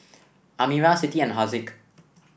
Amirah Siti and Haziq